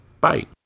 bye